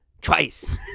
Twice